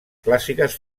clàssiques